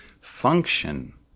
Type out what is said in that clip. function